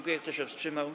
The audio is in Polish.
Kto się wstrzymał?